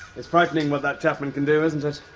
it's frightening what that chapman can do, isn't it?